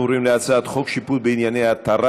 אנחנו עוברים להצעת חוק שיפוט בענייני התרת